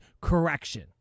Correction